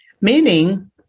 Meaning